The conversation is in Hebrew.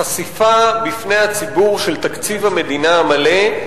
חשיפה בפני הציבור של תקציב המדינה המלא.